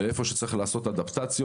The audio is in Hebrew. ואיפה שצריך לעשות התאמות,